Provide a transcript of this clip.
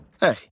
Hey